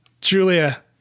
Julia